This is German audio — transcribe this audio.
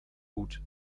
gut